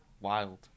Wild